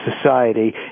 society